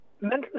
mental